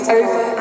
over